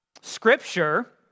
Scripture